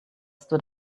stood